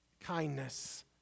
kindness